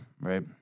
right